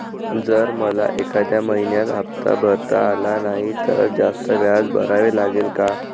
जर मला एखाद्या महिन्यात हफ्ता भरता आला नाही तर जास्त व्याज भरावे लागेल का?